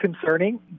Concerning